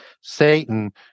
Satan